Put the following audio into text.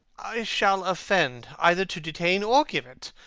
i shall offend, either to detain or give it.